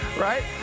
Right